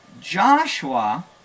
Joshua